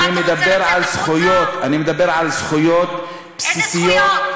אני מדבר על זכויות בסיסיות, איזה זכויות?